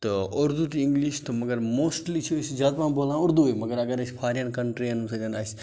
تہٕ اُردو تہٕ اِنٛگلِش تہٕ مگر موسٹلی چھِ أسۍ زیادٕ پَہم بولان اُردُوٕے مگر اگر أسۍ فارٮ۪ن کَنٹِرٛیَن سۭتۍ آسہِ